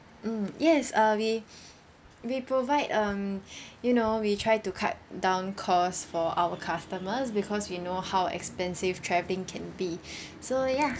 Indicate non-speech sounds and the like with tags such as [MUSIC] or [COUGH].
mm yes uh we [BREATH] we provide um [BREATH] you know we try to cut down costs for our customers because we know how expensive traveling can be [BREATH] so ya